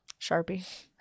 Sharpie